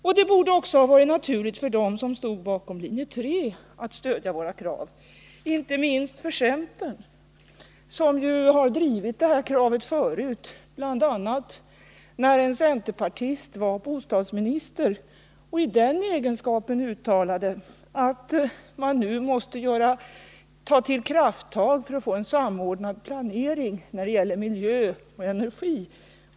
Och det borde också ha varit naturligt för dem som stod bakom linje 3 att stödja våra krav — inte minst för centern, som ju har drivit liknande krav förut, bl.a. när en centerpartist var bostadsminister och i den egenskapen uttalade att man nu måste ta till krafttag för att få en samordnad planering när det gäller miljö och energi.